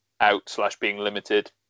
out-slash-being-limited